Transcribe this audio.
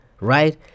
right